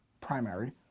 primary